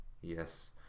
yes